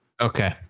Okay